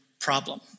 problem